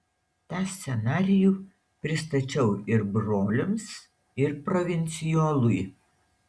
tą scenarijų pristačiau ir broliams ir provincijolui